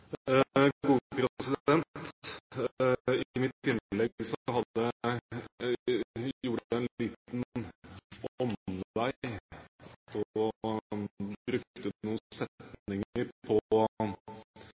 mitt innlegg gjorde jeg en liten omvei, og brukte noen